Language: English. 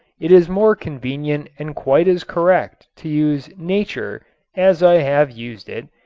it is more convenient and quite as correct to use nature as i have used it,